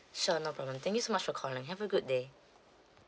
sure no problem thank you so much for calling have a good day